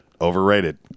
overrated